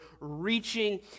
reaching